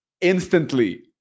instantly